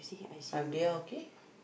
are they all okay